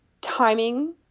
timing